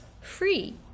free